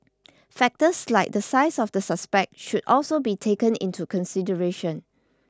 factors like the size of the suspect should also be taken into consideration